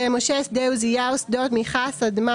שדה משה שדה עוזיהו שדות מיכה שדמה